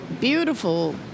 beautiful